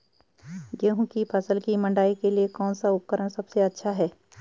गेहूँ की फसल की मड़ाई के लिए कौन सा उपकरण सबसे अच्छा है?